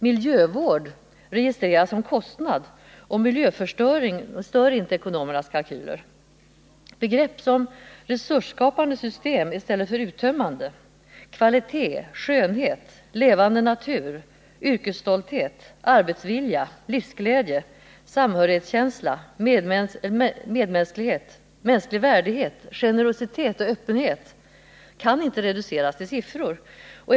Miljövård registreras som en kostnad, och miljöförstöring stör inte ekonomernas kalkyler. Begrepp som resursskapande system — inte uttömmande system —, kvalitet, skönhet, levande natur, yrkesstolthet, arbetsvilja, livsglädje, samhörighetskänsla, mänsklig värdighet, generositet och öppenhet kan inte reduceras till att bara vara siffror.